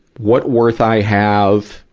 what worth i have,